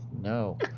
no